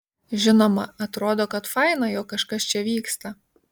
žinoma atrodo kad faina jog kažkas čia vyksta